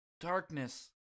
darkness